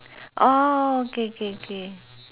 oh K K K